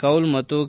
ಕೌಲ್ ಮತ್ತು ಕೆ